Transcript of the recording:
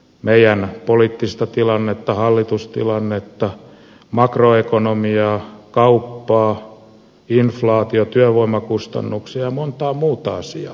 meidän poliittista tilannetta hallitustilannetta makroekonomiaa kauppaa inflaatiota työvoimakustannuksia ja montaa muuta asiaa